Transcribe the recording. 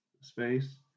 space